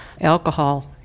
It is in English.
alcohol